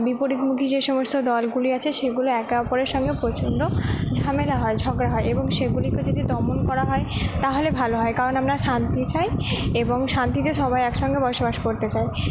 বিপরীতমুখী যে সমস্ত দলগুলি আছে সেগুলো একে অপরের সঙ্গে প্রচণ্ড ঝামেলা হয় ঝগড়া হয় এবং সেগুলিকে যদি দমন করা হয় তাহলে ভালো হয় কারণ আমরা শান্তি চাই এবং শান্তিতে সবাই এক সঙ্গে বসবাস করতে চাই